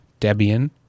Debian